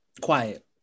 quiet